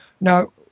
Now